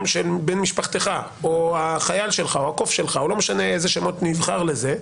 של בן משפחתך או החייל שלך או הקוף שלך או לא משנה איזה שמות נבחר לזה,